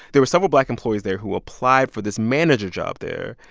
there were several black employees there who applied for this manager job there.